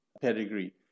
pedigree